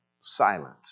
silent